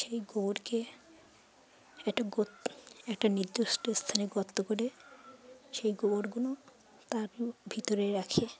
সেই গোবরকে একটা গো একটা নির্দিষ্ট স্থানে গর্ত করে সেই গোবরগুলো তার ভিতরে রাখে